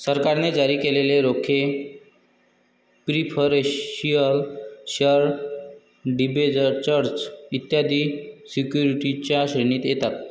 सरकारने जारी केलेले रोखे प्रिफरेंशियल शेअर डिबेंचर्स इत्यादी सिक्युरिटीजच्या श्रेणीत येतात